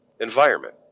environment